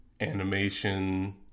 animation